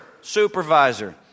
supervisor